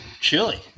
Chili